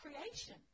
creation